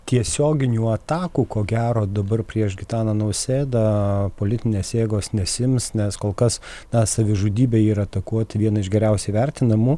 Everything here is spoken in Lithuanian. tiesioginių atakų ko gero dabar prieš gitaną nausėdą politinės jėgos nesiims nes kol kas na savižudybė yra atakuoti vieną iš geriausiai vertinamų